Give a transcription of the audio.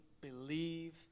believe